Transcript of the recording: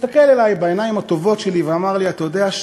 אז הוא הסתכל עלי בעיניים הטובות שלו ואמר לי: אתה יודע,